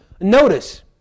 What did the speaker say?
Notice